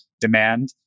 demand